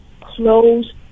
close